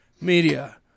media